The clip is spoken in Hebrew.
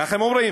ככה הם אומרים: